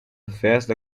festa